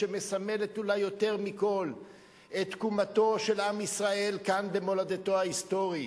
שמסמלת אולי יותר מכול את תקומתו של עם ישראל כאן במולדתו ההיסטורית.